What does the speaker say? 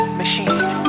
machine